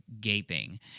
gaping